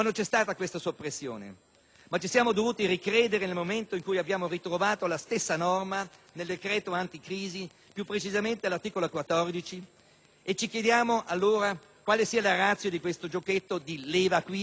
ma ci siamo dovuti ricredere nel momento in cui abbiamo ritrovato la stessa norma nel decreto anticrisi, più precisamente all'articolo 14, e ci chiediamo allora quale sia la *ratio* di questo giochetto di «leva qui e metti là».